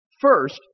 First